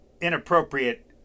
inappropriate